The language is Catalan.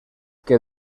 que